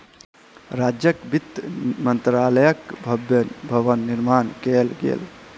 राज्यक वित्त मंत्रालयक भव्य भवन निर्माण कयल गेल